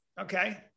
Okay